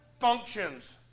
functions